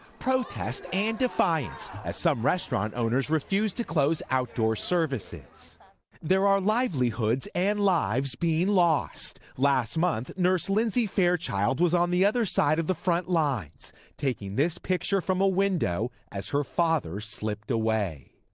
protests and defiance as some restaurant owners refuse to close outdoor services there are livelihoods and lives being lost last month nurse lindsay fairchild was on the other side of the front lines taking this picture from a window as her father slipped away.